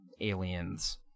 aliens